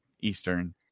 Eastern